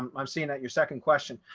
i'm seeing that your second question.